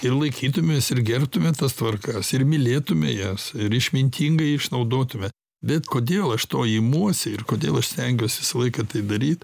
ir laikytumės ir gerbtume tas tvarkas ir mylėtume jas ir išmintingai išnaudotume bet kodėl aš to imuosi ir kodėl aš stengiuos visą laiką tai daryt